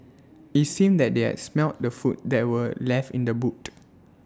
IT seemed that they had smelt the food that were left in the boot